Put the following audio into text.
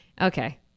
okay